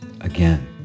Again